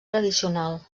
tradicional